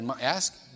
Ask